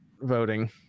voting